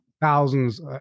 thousands